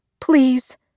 please